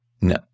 no